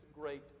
great